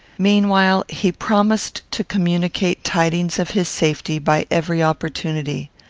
meanwhile, he promised to communicate tidings of his safety by every opportunity.